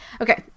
Okay